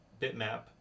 bitmap